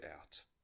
out